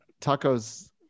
Tacos